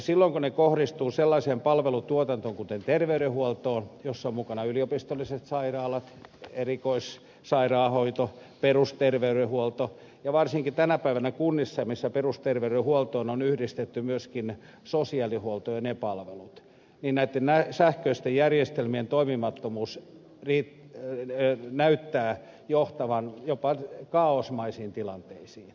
silloin kun ne kohdistuvat sellaiseen palvelutuotantoon kuin terveydenhuoltoon jossa ovat mukana yliopistolliset sairaalat erikoissairaanhoito perusterveydenhuolto ja varsinkin kun tänä päivänä kunnissa perusterveydenhuoltoon on yhdistetty myöskin sosiaalihuolto ja ne palvelut näitten sähköisten järjestelmien toimimattomuus näyttää johtavan jopa kaaosmaisiin tilanteisiin